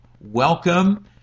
Welcome